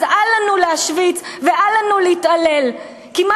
אז אל לנו להשוויץ ואל לנו להתהלל כי מה